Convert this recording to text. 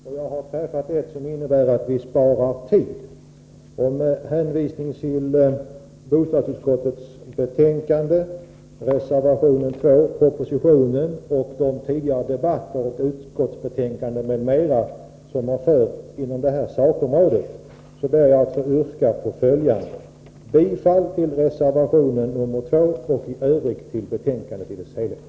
Herr talman! Vi har att träffa olika val. Jag har nu träffat ett val som innebär att vi sparar tid. Med hänvisning till bostadsutskottets betänkande, reservation 2, propositionen och de tidigare debatter om utskottsbetänkanden m.m. som har förts inom detta sakområde, ber jag att få yrka bifall till reservation 2 och i övrigt till utskottets hemställan i dess helhet.